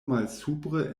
malsupre